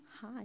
Hi